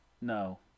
No